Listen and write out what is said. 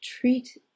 treat